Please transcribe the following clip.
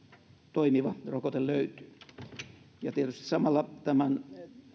toimiva rokote löytyy ja tietysti samalla tämän